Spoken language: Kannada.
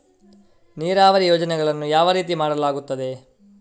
ನೀರಾವರಿ ಯೋಜನೆಗಳನ್ನು ಯಾವ ರೀತಿಗಳಲ್ಲಿ ಮಾಡಲಾಗುತ್ತದೆ?